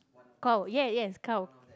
cow ya yes cow